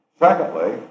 Secondly